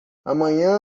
amanhã